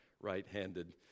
right-handed